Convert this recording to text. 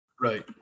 Right